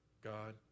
God